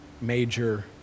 major